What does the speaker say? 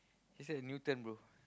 she stay at Newton bro